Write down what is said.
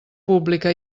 pública